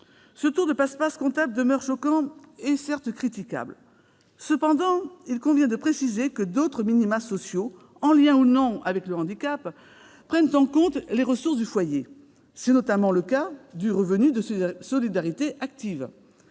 ce tour de passe-passe comptable est choquant et critiquable. Cependant, il convient de préciser que d'autres minima sociaux, en lien ou non avec le handicap, prennent en compte les ressources du foyer. C'est notamment le cas du revenu de solidarité active.